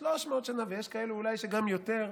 300 שנה, ויש אולי כאלה שגם יותר,